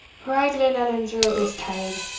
were i glenallan's earl this tide,